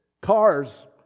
Cars